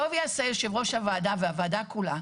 טוב יעשה יושב ראש הוועדה והוועדה כולה,